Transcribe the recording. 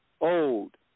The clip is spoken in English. old